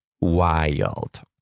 wild